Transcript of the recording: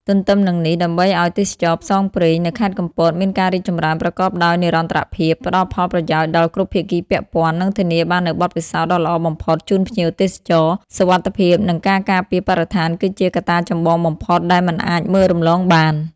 ទទ្ទឹមនឹងនេះ ដើម្បីឱ្យទេសចរណ៍ផ្សងព្រេងនៅខេត្តកំពតមានការរីកចម្រើនប្រកបដោយនិរន្តរភាព ផ្ដល់ផលប្រយោជន៍ដល់គ្រប់ភាគីពាក់ព័ន្ធ និងធានាបាននូវបទពិសោធន៍ដ៏ល្អបំផុតជូនភ្ញៀវទេសចរ សុវត្ថិភាពនិងការការពារបរិស្ថានគឺជាកត្តាចម្បងបំផុតដែលមិនអាចមើលរំលងបាន។